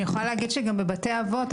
אני יכולה להגיד שגם בבתי אבות,